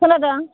खोनादों